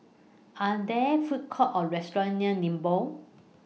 Are There Food Courts Or restaurants near Nibong